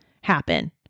happen